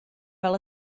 fel